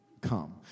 come